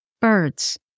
Birds